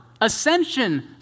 ascension